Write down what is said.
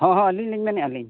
ᱦᱮᱸ ᱦᱮᱸ ᱟᱹᱞᱤᱧ ᱞᱤᱧ ᱢᱮᱱᱮᱫᱼᱟ ᱞᱤᱧ